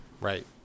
Right